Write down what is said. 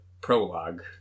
prologue